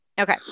Okay